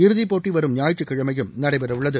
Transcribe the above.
இறுதிப்போட்டி வரும் ஞாயிற்றுக்கிழமையும் நடைபெறவுள்ளது